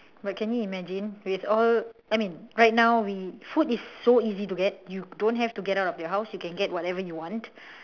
but can you imagine with all I mean right now we food is so easy to get you don't have to get out of your house you can get whatever you want